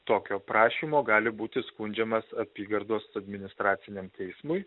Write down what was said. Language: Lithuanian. tokio prašymo gali būti skundžiamas apygardos administraciniam teismui